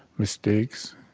mistakes